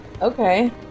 okay